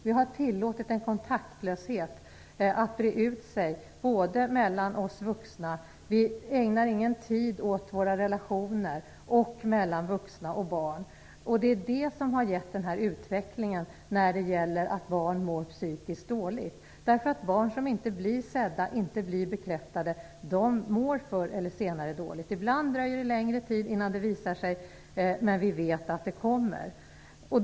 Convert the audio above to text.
Vi har tillåtit en kontaktlöshet att breda ut sig både mellan oss vuxna - vi ägnar ingen tid åt våra relationer - och mellan oss vuxna och barn. Det är det som har gett den här utvecklingen när det gäller att barn mår psykiskt dåligt. Barn som inte blir sedda och bekräftade mår förr eller senare dåligt. Ibland dröjer det längre tid innan det visar sig, men vi vet att det kommer.